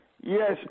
yes